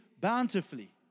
bountifully